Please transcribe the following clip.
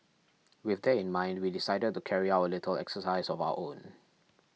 with that in mind we decided to carry out a little exercise of our own